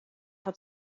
hat